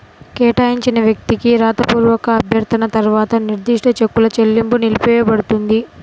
కేటాయించిన వ్యక్తికి రాతపూర్వక అభ్యర్థన తర్వాత నిర్దిష్ట చెక్కుల చెల్లింపు నిలిపివేయపడుతుంది